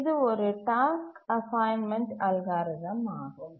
இது ஒரு task assignment algorithm ஆகும்